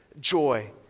joy